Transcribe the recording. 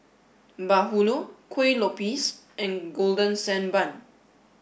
Bahulu Kuih Lopes and golden sand bun